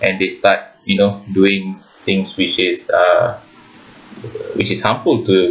and they start you know doing things which is uh which is harmful to